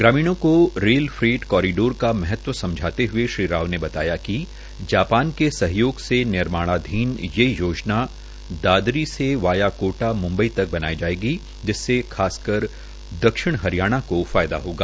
ग्रामीणों को rail freight corridor का महत्व समझाते हए कारिडोर का श्री राव ने बताया कि जापान के सहयोग से निर्माणाधीन ये योजना दादरी से वाया कोटा मुम्बई आयेगी जिससे खासकर दक्षिण हरियाणा को फायदा होगा